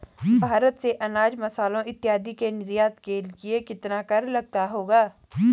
भारत से अनाज, मसालों इत्यादि के निर्यात के लिए कितना कर लगता होगा?